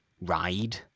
ride